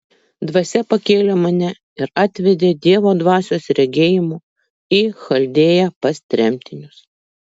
dvasia pakėlė mane ir atvedė dievo dvasios regėjimu į chaldėją pas tremtinius